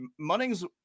Munnings